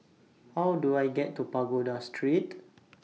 How Do I get to Pagoda Street